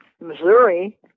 Missouri